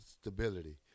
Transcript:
stability